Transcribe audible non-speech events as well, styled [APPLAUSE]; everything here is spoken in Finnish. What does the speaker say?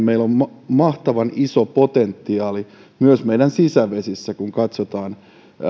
[UNINTELLIGIBLE] meillä on mahtavan iso potentiaali myös meidän sisävesissämme kun katsotaan